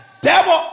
devil